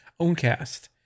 owncast